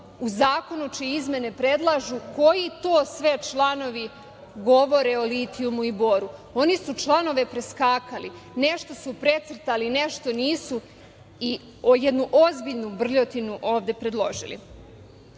u zakonu čije izmene predlažu koji to sve članovi govore o litijumu i boru. Oni su članove preskakali. Nešto su precrtali, nešto nisu i jednu ozbiljnu brljotinu ovde predložili. Koliko